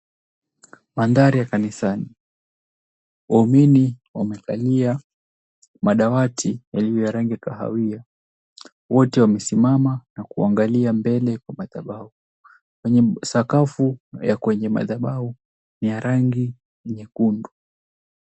Mandhari ya kanisani. Waumini wamekalia madawati yaliyo ya rangi ya kahawia. Wote wamesimama na kuangalia mbele kwa madhabau. Kwenye sakafu ya kwenye madhabau ni ya rangi nyekundu.